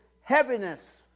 heaviness